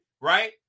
right